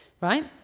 right